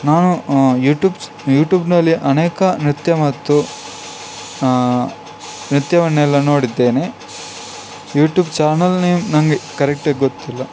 ನಾನು ಯೂಟುಬ್ ಚ್ ಯೂಟೂಬ್ನಲ್ಲಿ ಅನೇಕ ನೃತ್ಯ ಮತ್ತು ನೃತ್ಯವನ್ನೆಲ್ಲ ನೋಡಿದ್ದೇನೆ ಯೂಟೂಬ್ ಚಾಣಲ್ ನೇಮ್ ನನಗೆ ಕರೆಕ್ಟಾಗಿ ಗೊತ್ತಿಲ್ಲ